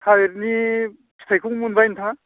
थालिरनि फिथाइखौबो मोनबाय नोंथाङा